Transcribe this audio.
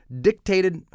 dictated